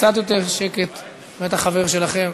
קצת יותר שקט, זה חבר שלכם.